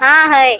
हाँ है